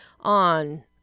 on